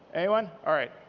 anyone? all right.